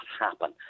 happen